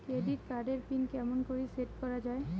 Credit card এর pin কেমন করি সেট করা য়ায়?